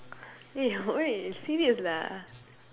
eh wait serious lah